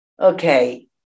Okay